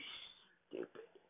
stupid